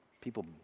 people